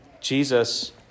Jesus